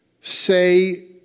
say